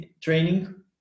training